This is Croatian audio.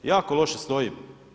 Jako loše stoji.